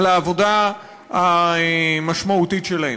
על העבודה המשמעותית שלהם.